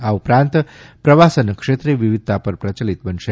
આ ઉપરાંત પ્રવાસન ક્ષેત્રે વિવિધતા પર પ્રયલિત બનશે